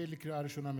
לקריאה ראשונה,